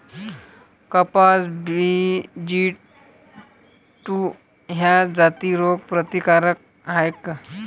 कपास BG two ह्या जाती रोग प्रतिकारक हाये का?